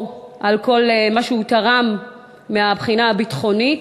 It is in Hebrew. על כל מה שהוא תרם מהבחינה הביטחונית,